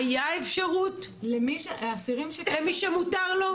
הייתה אפשרות למי שמותר לו?